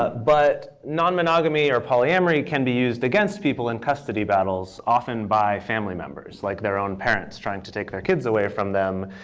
but non-monogamy, or polyamory, can be used against people in custody battles, often by family members, like their own parents trying to take their kids away from them,